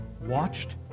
watched